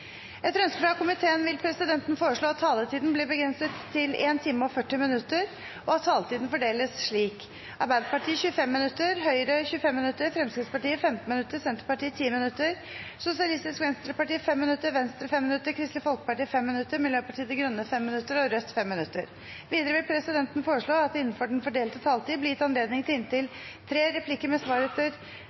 Etter ønske fra kommunal- og forvaltningskomiteen vil presidenten foreslå at debatten blir begrenset til 1 time og 40 minutter, og at taletiden fordeles slik: Arbeiderpartiet 25 minutter, Høyre 25 minutter, Fremskrittspartiet 15 minutter, Senterpartiet 10 minutter, Sosialistisk Venstreparti 5 minutter, Venstre 5 minutter, Kristelig Folkeparti 5 minutter, Miljøpartiet De Grønne 5 minutter og Rødt 5 minutter. Videre vil presidenten foreslå at det – innenfor den fordelte taletid – blir gitt anledning til inntil tre replikker med svar etter